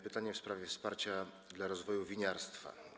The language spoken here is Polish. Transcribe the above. Pytanie jest w sprawie wsparcia dla rozwoju winiarstwa.